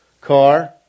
car